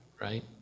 right